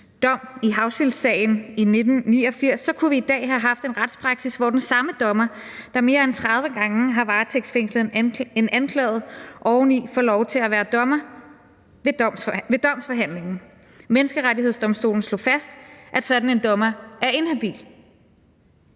dom i Hauschildtsagen i 1989, kunne vi i dag have haft en retspraksis, hvor den samme dommer, der mere end 30 gange har varetægtsfængslet en anklaget, oveni får lov til at være dommer ved domsforhandlingen. Menneskerettighedsdomstolen slog fast, at sådan en dommer er inhabil.